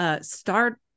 start